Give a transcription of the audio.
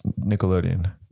Nickelodeon